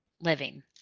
living